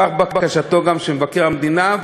כך גם בקשתו של מבקר המדינה,